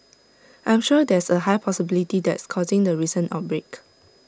I'm sure there's A high possibility that's causing the recent outbreak